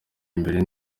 imbere